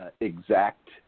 exact